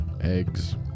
eggs